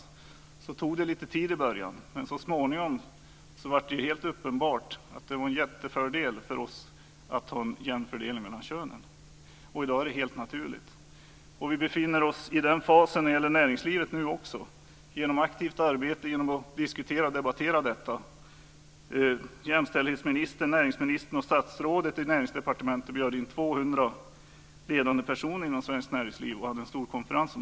I början tog det lite tid men så småningom blev det helt uppenbart att det var en stor fördel för oss att ha en jämn fördelning mellan könen. I dag är det helt naturligt. Också när det gäller näringslivet befinner vi oss nu i den fasen genom ett aktivt arbete och genom att diskutera och debattera detta. Jämställdhetsministern, näringsministern och statsrådet i Näringsdepartementet har bjudit in 200 ledande personer inom svenskt näringsliv till en stor konferens.